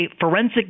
forensic